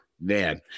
man